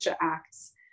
Acts